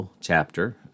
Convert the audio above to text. chapter